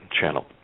channel